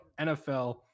NFL